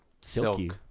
silky